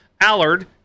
Allard